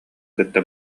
кытта